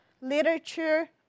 literature